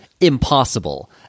impossible